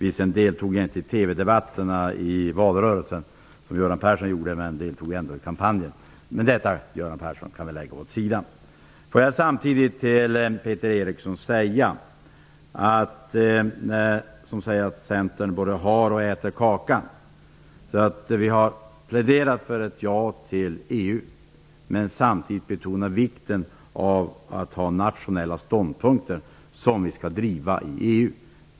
Jag deltog visserligen inte i TV-debatterna i valrörelsen, som Göran Persson gjorde, men jag deltog ändå i kampanjen. Men detta, Göran Persson, kan vi lägga åt sidan. Peter Eriksson säger att Centern både vill ha kakan och äta den. Vi har pläderat för ett ja till EU, men samtidigt har vi betonat vikten av att driva nationella ståndpunkter i EU.